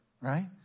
right